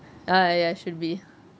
ah ya should be